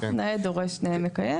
נאה דורש נאה מקיים,